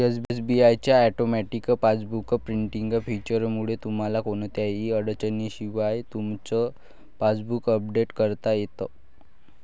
SBI च्या automatic passbook printing फीचरमुळे तुम्हाला कोणत्याही अडचणीशिवाय तुमचं पासबुक अपडेट करता येतं